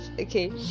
Okay